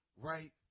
right